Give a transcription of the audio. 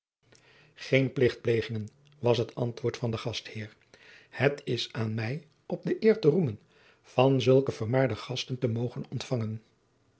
geen plichtplegingen was het antwoord van den gastheer het is aan mij op de eer te roemen van zulke vermaarde gasten te mogen ontfangen